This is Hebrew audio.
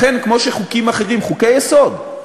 לכן, כמו שחוקים אחרים, חוקי-יסוד,